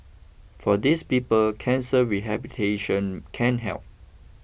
for these people cancer rehabilitation can help